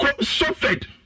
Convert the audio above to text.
suffered